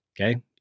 okay